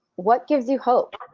what gives you hope?